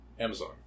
Amazon